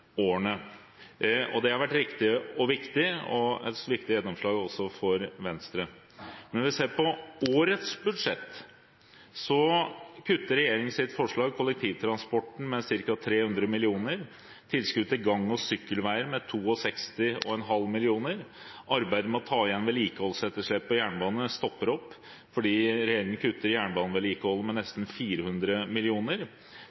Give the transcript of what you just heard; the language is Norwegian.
Det har vært riktig og viktig og er også et viktig gjennomslag for Venstre. Når vi ser på årets budsjett, kutter regjeringen i sitt forslag kollektivtransporten med ca. 300 mill. kr og tilskuddet til gang- og sykkelvei med 62,5 mill. kr. Arbeidet med å ta igjen vedlikeholdsetterslepet på jernbanen stopper opp fordi regjeringen kutter jernbanevedlikeholdet med